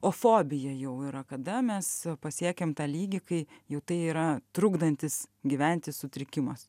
o fobija jau yra kada mes pasiekiam tą lygį kai jau tai yra trukdantis gyventi sutrikimas